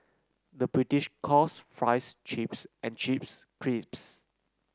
the British calls fries chips and chips crisps